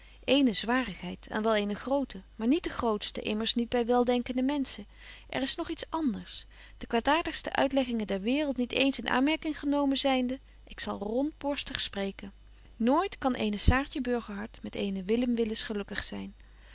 ééne zwarigheid en wel eene groote maar niet de grootste immers niet by weldenkende menschen er is nog iets anders de kwaadäartige uitleggingen der waereld niet eens in aanmerking genomen zynde ik zal rondborstig spreken nooit kan eene betje wolff en aagje deken historie van mejuffrouw sara burgerhart saartje burgerhart met eenen willem willis gelukkig zyn